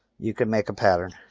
you can make a pattern.